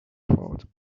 thought